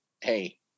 hey